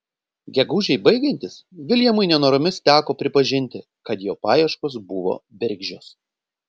gegužei baigiantis viljamui nenoromis teko pripažinti kad jo paieškos buvo bergždžios